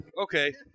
Okay